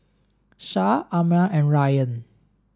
Shah Ammir and Ryan